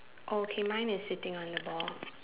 oh okay mine is sitting on the ball